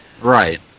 Right